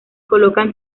colocan